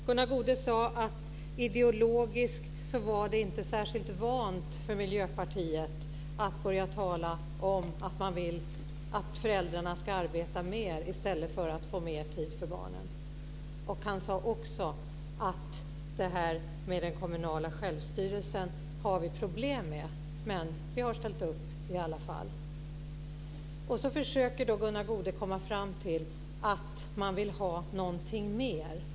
Gunnar Goude sade att det ideologiskt inte var särskilt vant för Miljöpartiet att börja tala om att man vill att föräldrarna ska arbeta mer i stället för att få mer tid för barnen. Han sade också: Det här med den kommunala självstyrelsen har vi problem med, men vi har ställt upp i alla fall. Så försöker då Gunnar Goude komma fram till att man vill ha någonting mer.